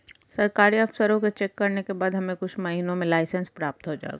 सरकारी अफसरों के चेक करने के बाद हमें कुछ महीनों में लाइसेंस प्राप्त हो जाएगा